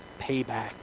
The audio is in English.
payback